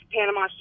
Panama